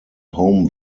home